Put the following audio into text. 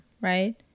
right